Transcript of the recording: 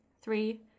Three